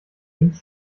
links